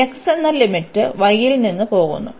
ഇവിടെ x എന്ന limit y ൽ നിന്ന് പോകുന്നു